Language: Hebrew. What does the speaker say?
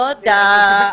תודה.